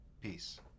Peace